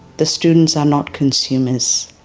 the students are not consumers.